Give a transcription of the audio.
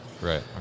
Right